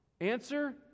Answer